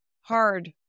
hard